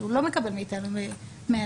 שהוא לא מקבל מאיתנו מענים,